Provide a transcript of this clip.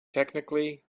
technically